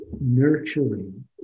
nurturing